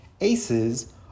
ACEs